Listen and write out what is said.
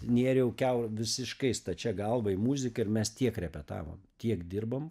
nėriau kiau visiškai stačia galva į muziką ir mes tiek repetavom tiek dirbom